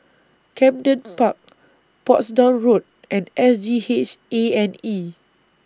Camden Park Portsdown Road and S G H A and E